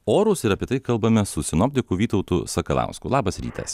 orus ir apie tai kalbame su sinoptiku vytautu sakalausku labas rytas